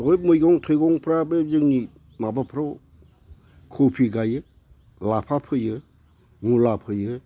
अनेख मैगं थाइगंफ्रा बे जोंनि माबाफ्राव खबि गायो लाफा फोयो मुला फोयो